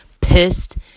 pissed